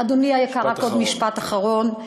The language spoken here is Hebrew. אדוני היקר, רק עוד משפט אחרון.